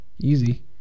Easy